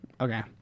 Okay